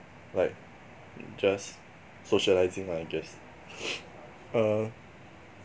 like just socialising lah I guess err